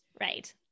Right